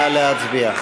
נא להצביע.